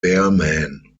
berman